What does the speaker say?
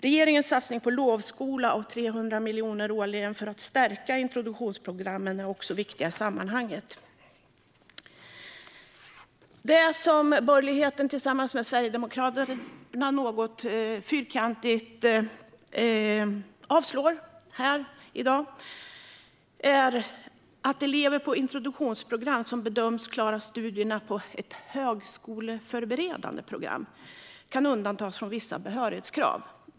Regeringens satsningar på lovskola och 300 miljoner årligen för att stärka introduktionsprogrammen är också viktiga i sammanhanget. Det som borgerligheten tillsammans med Sverigedemokraterna i dag något fyrkantigt avslår är att elever på introduktionsprogram som bedöms klara studierna på ett högskoleförberedande program kan undantas från vissa behörighetskrav.